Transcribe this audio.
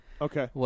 okay